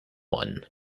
one